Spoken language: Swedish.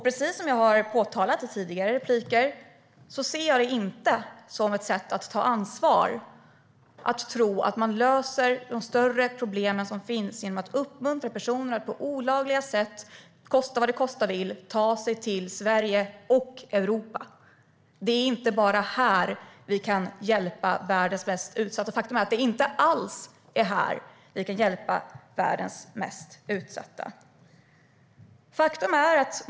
Precis som jag har påpekat i tidigare replikskiften ser jag det inte som ett sätt att ta ansvar när man tror att man löser de större problem som finns genom att uppmuntra personer att på olagliga sätt ta sig till Europa och Sverige, kosta vad det kosta vill. Det är inte bara här vi kan hjälpa världens mest utsatta. Faktum är att det inte alls är här vi kan hjälpa dem.